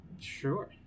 Sure